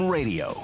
Radio